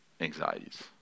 anxieties